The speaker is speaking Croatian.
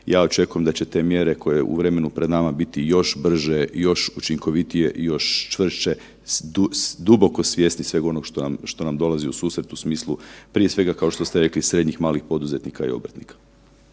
Ja očekujem da će te mjere koje je u vremenu pred nama biti još brže, još učinkovitije, još čvršće duboko svjesni sveg onog što nam dolazi u susret u smislu prije svega kao što ste rekli srednjih i malih poduzetnika i obrtnika.